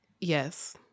Yes